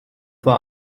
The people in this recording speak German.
war